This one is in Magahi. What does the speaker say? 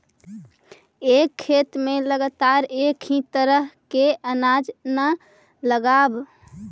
एक खेत में लगातार एक ही तरह के अनाज न लगावऽ